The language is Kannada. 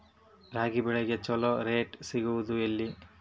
ರಾಗಿ ಬೆಳೆಗೆ ಛಲೋ ರೇಟ್ ಸಿಗುದ ಎಲ್ಲಿ?